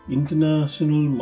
International